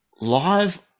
live